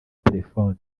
telephone